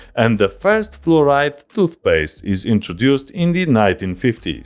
and the first fluoride toothpaste is introduced in the nineteen fifty s.